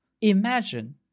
Imagine